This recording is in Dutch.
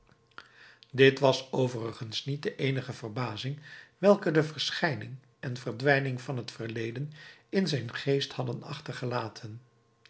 dit was overigens niet de eenige verbazing welke de verschijningen en verdwijningen van het verleden in zijn geest hadden achtergelaten